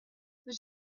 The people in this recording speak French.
nous